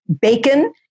bacon